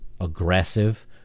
aggressive